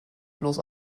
bloß